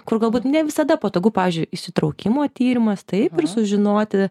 kur galbūt ne visada patogu pavyzdžiui įsitraukimo tyrimas taip ir sužinoti